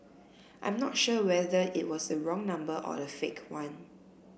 I'm not sure whether it was the wrong number or a fake one